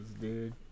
dude